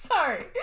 Sorry